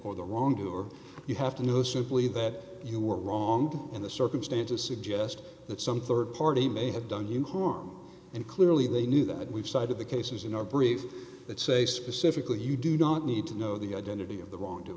or the wrong do or you have to know simply that you were wrong and the circumstances suggest that some rd party may have done you harm and clearly they knew that we've side of the cases in our brief that say specifically you do not need to know the identity of the wrong